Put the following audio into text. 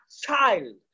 child